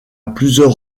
plusieurs